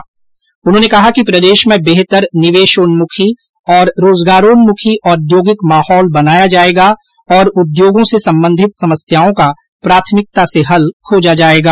श्री मीणा ने कहा कि प्रदेश में बेहतर निवेशोन्मुखी और रोजगारोन्मुखी औद्योगिक माहौल बनाया जाएगा और उद्योगों से संबंधित समस्याओं का प्राथमिकता से हल खोजा जाएगा